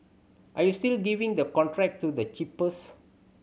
are you still giving the contract to the cheapest